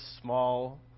small